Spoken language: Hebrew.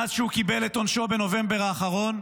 מאז שהוא קיבל את עונשו בנובמבר האחרון,